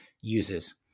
uses